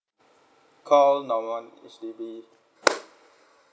call number one H_D_B